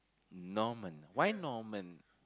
Norman why Norman